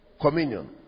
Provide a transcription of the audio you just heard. Communion